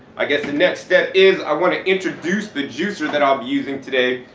i guess the next step is i want to introduce the juicer that i'll be using today.